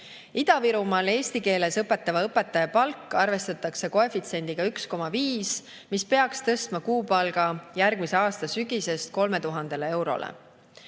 Ida-Virumaal eesti keeles õpetavate õpetajate palk arvestatakse koefitsiendiga 1,5, mis peaks tõstma kuupalga järgmise aasta sügisest 3000 eurole.